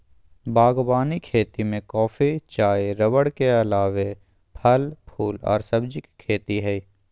बागवानी खेती में कॉफी, चाय रबड़ के अलावे फल, फूल आर सब्जी के खेती हई